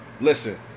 listen